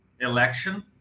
election